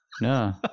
No